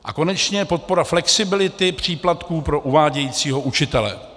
A konečně podpora flexibility příplatků pro uvádějícího učitele.